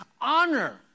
honor